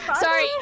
sorry